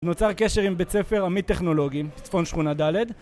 נוצר קשר עם בית ספר עמית טכנולוגי, צפון שכונה ד׳